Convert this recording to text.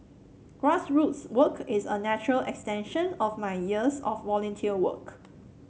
grassroots work is a natural extension of my years of volunteer work